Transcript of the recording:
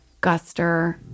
Guster